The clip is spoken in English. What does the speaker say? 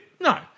no